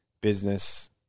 business